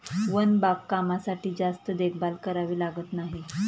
one बागकामासाठी जास्त देखभाल करावी लागत नाही